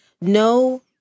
no